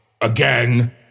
again